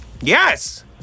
Yes